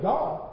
God